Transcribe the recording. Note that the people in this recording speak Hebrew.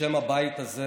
ובשם הבית הזה